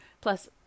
Plus